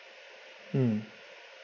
mm